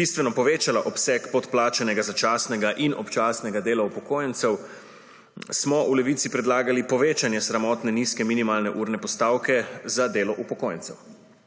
bistveno povečala obseg podplačanega začasnega in občasnega dela upokojencev, smo v Levici predlagali povečanje sramotno nizke minimalne urne postavke za delo upokojencev.